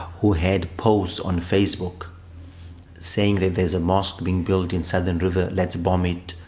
who had posts on facebook saying that there's a mosque being built in southern river, let's bomb it,